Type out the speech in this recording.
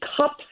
cups